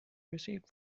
received